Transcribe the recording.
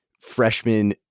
freshman